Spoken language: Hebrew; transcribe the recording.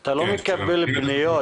אתה לא מקבל פניות